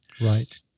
Right